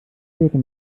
höre